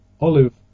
olive